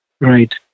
Right